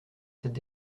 cette